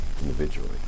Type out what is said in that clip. individually